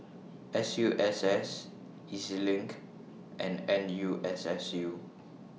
S U S S E Z LINK and N U S S U